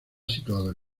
situada